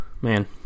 man